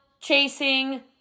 chasing